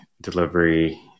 delivery